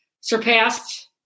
surpassed